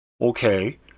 Okay